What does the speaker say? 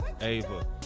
ava